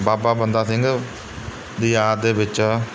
ਬਾਬਾ ਬੰਦਾ ਸਿੰਘ ਦੀ ਯਾਦ ਦੇ ਵਿੱਚ